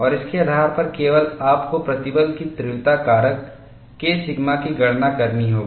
और इसके आधार पर केवल आपको प्रतिबल की तीव्रता कारक K सिग्मा की गणना करनी होगी